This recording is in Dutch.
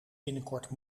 binnenkort